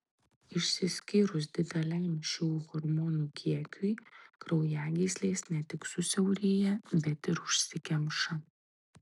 išsiskyrus dideliam šių hormonų kiekiui kraujagyslės ne tik susiaurėja bet ir užsikemša